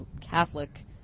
Catholic